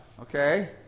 Okay